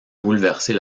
bouleverser